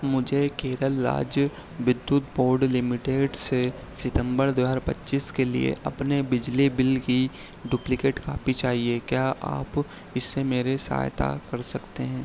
मुझे केरल राज्य विद्युत बोर्ड लिमिटेड से सितम्बर दो हज़ार पच्चीस के लिए अपने बिजली बिल की डुप्लिकेट कॉपी चाहिए क्या आप इसमें मेरी सहायता कर सकते हैं